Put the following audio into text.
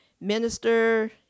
minister